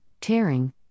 tearing